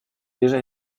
déjà